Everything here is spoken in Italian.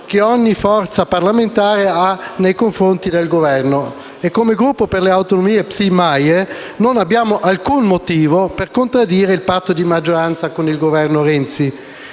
che ogni forza parlamentare ha nei confronti del Governo. Come Gruppo per le Autonomie-PSI-MAIE non abbiamo alcun motivo per contraddire il patto di maggioranza con il Governo Renzi.